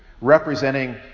representing